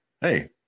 hey